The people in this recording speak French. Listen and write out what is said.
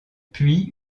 puis